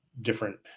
different